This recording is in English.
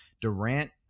Durant